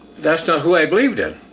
that's not who i believed in.